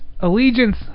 Allegiance